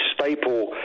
staple